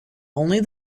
only